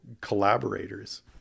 collaborators